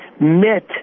met